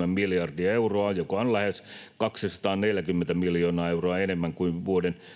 3,7 miljardia euroa, joka on lähes 240 miljoonaa euroa enemmän kuin vuoden 23